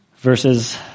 Verses